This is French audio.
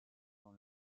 dans